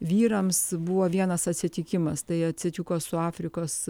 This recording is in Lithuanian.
vyrams buvo vienas atsitikimas tai atsitiko su afrikos